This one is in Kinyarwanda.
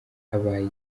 abaye